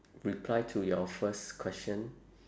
reply to your first question